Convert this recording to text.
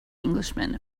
englishman